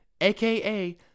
aka